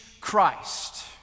Christ